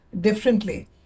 differently